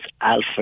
alpha